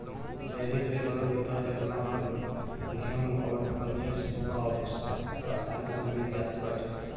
dairy पे दूध, दही, मक्खन, घीव अउरी पनीर अब आसानी में मिल जात बाटे